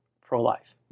pro-life